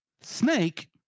Snake